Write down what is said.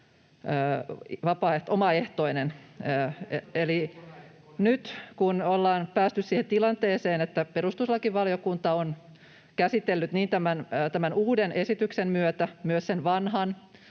välihuuto] Eli nyt kun ollaan päästy siihen tilanteeseen, että perustuslakivaliokunta on käsitellyt tämän uuden esityksen myötä myös sen vanhan